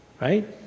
Right